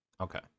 Okay